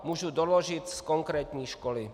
Můžu doložit z konkrétní školy.